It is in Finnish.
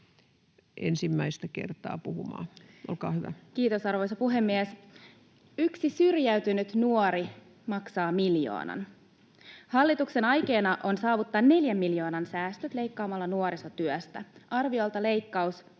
Time: 12:34 Content: Kiitos, arvoisa puhemies! Yksi syrjäytynyt nuori maksaa miljoonan. Hallituksen aikeena on saavuttaa neljä miljoonan säästöt leikkaamalla nuorisotyöstä. Arviolta leikkaus